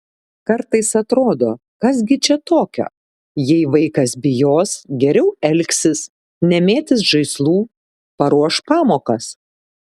kartais atrodo kas gi čia tokio jei vaikas bijos geriau elgsis nemėtys žaislų paruoš pamokas